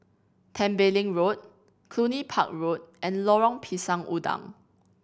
Tembeling Road Cluny Park Road and Lorong Pisang Udang